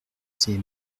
ses